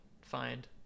find